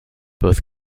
both